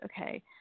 Okay